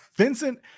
Vincent